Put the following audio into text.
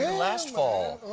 last fall.